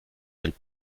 del